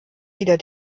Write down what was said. wieder